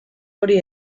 hori